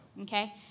okay